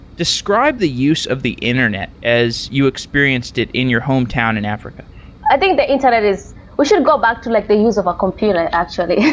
describe the use of the internet as you experienced it in your hometown in africa i think the internet is we should go back to like the use of a computer actually,